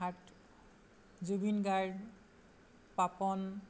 heart Zubeen Garg Papon